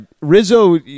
Rizzo